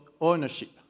ownership